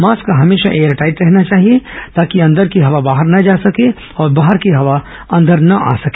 mask हमेशा air tight रहना चाहिए ताकि अंदर की हवा बाहर न जा सके और बाहर की हवा अंदर न आ सके